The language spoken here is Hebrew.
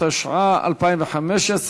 התשע"ה 2015,